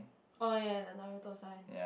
oh ya the Naruto sign